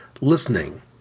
listening